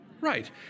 Right